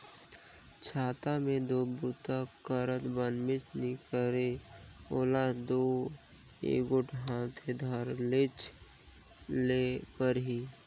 छाता मे दो बूता करत बनबे नी करे ओला दो एगोट हाथे धरेच ले परही